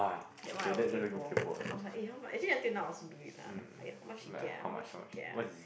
that one I will kaypo outside eh how much actually until now I still now do it lah like how much he get lah how much he get lah